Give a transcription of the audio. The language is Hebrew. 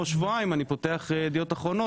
שבועיים אני פותח את עיתון "ידיעות אחרונות"